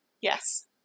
Yes